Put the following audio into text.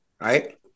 right